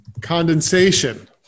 condensation